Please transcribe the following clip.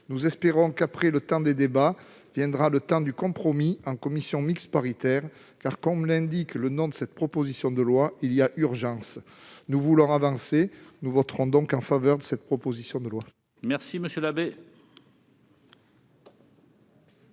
Nous espérons que, après le temps des débats, viendra celui du compromis en commission mixte paritaire, car, comme l'indique l'intitulé de cette proposition de loi, il y a urgence. Nous voulons avancer. Nous voterons donc en faveur de cette proposition de loi.